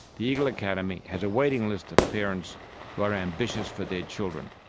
the eagle academy has a waiting list of parents who are ambitious for their children.